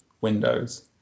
windows